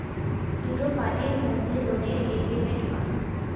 দুটো পার্টির মধ্যে লোনের এগ্রিমেন্ট হয়